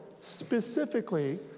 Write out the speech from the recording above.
specifically